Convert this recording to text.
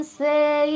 say